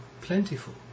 plentiful